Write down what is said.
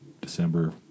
December